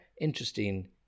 interesting